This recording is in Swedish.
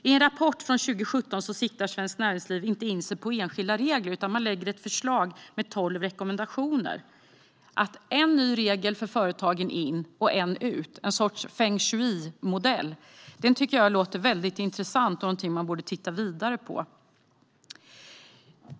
I en rapport från 2017 siktar Svenskt Näringsliv inte in sig på enskilda regler, utan man lägger ett förslag med tolv rekommendationer: För varje ny regel för företagen som kommer in ska en ut - alltså ett slags feng shui-modell. Detta låter väldigt intressant, och det är något som man borde titta vidare på.